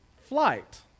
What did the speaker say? flight